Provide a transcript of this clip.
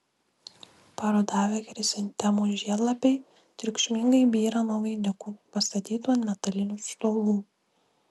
parudavę chrizantemų žiedlapiai triukšmingai byra nuo vainikų pastatytų ant metalinių stovų